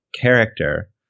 character